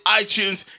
iTunes